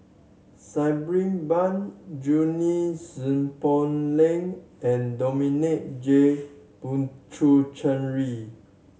Sabri Buang Junie Sng Poh Leng and Dominic J Puthucheary